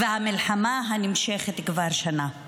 והמלחמה נמשכת כבר שנה.